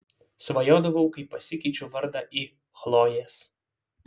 svajodavau kaip pasikeičiu vardą į chlojės